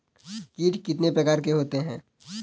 कीट कितने प्रकार के होते हैं?